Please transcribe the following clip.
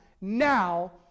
now